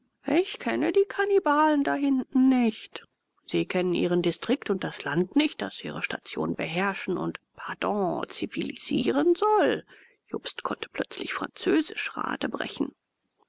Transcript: ich kenne die kannibalen da hinten nicht sie kennen ihren distrikt und das land nicht das ihre station beherrschen und pardon zivilisieren soll jobst konnte plötzlich französisch